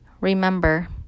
Remember